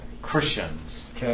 Christians